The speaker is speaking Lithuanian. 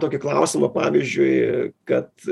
tokį klausimą pavyzdžiui kad